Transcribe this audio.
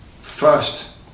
first